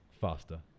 faster